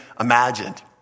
imagined